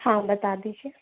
हाँ बता दीजिए